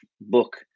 book